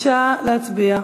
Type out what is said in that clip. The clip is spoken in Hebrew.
בבקשה להצביע.